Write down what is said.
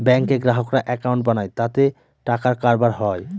ব্যাঙ্কে গ্রাহকরা একাউন্ট বানায় তাতে টাকার কারবার হয়